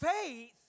Faith